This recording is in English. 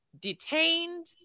detained